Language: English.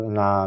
na